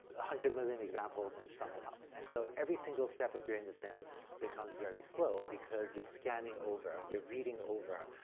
hundred million examples and sum it up. and so every single step of gradient and descent becomes very slow because you're scanning over, you're reading over,